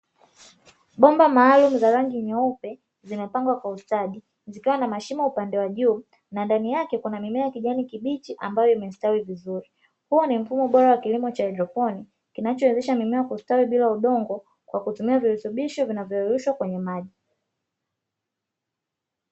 Bomba maalumu za rangi yeupe, zimepangwa kwa ustadi zikiwa na mashimo upande wa juu na ndani yake kuna mimea kijani kibichi ambayo imestawi vizuri. Huo ni mfumo bora wa kilimo cha haidroponi kinachowezesha mimea kustawi vizuri bila udongo, kwa kutumia virutubisho vinavyosheyushwa kwenye maji.